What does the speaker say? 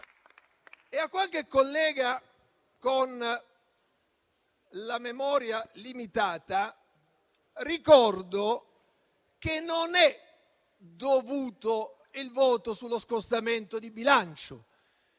A qualche collega con la memoria limitata ricordo che non è dovuto il voto sullo scostamento di bilancio.